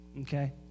Okay